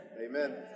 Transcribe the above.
Amen